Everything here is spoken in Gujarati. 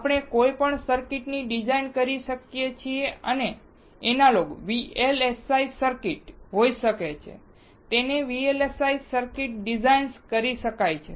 આપણે કોઈપણ સર્કિટ ની ડિઝાઇન કરી શકીએ છીએ અને તે એનાલોગ VLSI સર્કિટ્સ હોઈ શકે છે તેને VLSI સર્કિટ્સ ડિજિટાઇઝ કરી શકાય છે